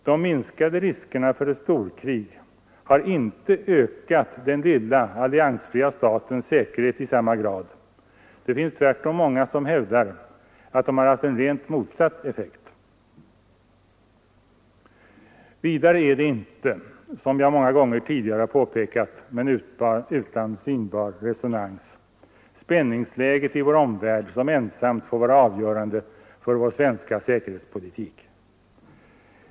De minskade riskerna för ett storkrig har inte ökat den lilla, alliansfria statens säkerhet i samma grad. Det finns tvärtom många som hävdar att de har haft en rakt motsatt effekt. Vidare är det inte — som jag många gånger tidigare har påpekat, men utan synbar resonans — spänningsläget i vår omvärld som ensamt får vara avgörande för vår svenska säkerhetspolitik.